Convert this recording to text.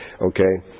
okay